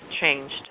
changed